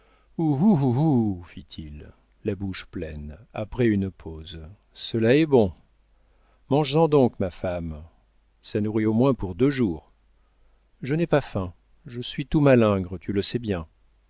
fit-il la bouche pleine après une pause cela est bon manges en donc ma femme ça nourrit au moins pour deux jours je n'ai pas faim je suis toute malingre tu le sais bien